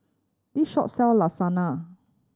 this shop sell Lasagna